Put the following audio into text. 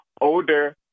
older